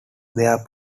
their